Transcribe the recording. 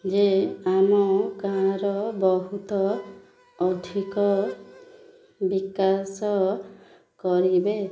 ଯେ ଆମ ଗାଁର ବହୁତ ଅଧିକ ବିକାଶ କରିବେ